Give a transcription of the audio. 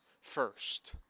first